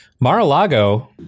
Mar-a-Lago